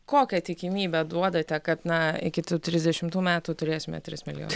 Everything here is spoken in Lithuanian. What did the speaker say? kokią tikimybę duodate kad na iki trisdešimtų metų turėsime tris milijonus